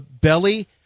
belly